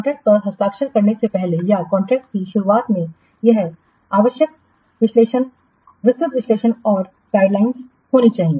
contract पर हस्ताक्षर करने से पहले या कॉन्ट्रैक्ट की शुरुआत में यह आवश्यक विस्तृत विश्लेषण और विनिर्देश होना चाहिए